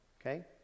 okay